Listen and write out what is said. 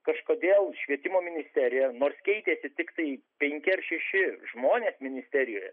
kažkodėl švietimo ministerija nors keitėsi tiktai penki ar šeši žmonės ministerijoje